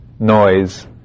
Noise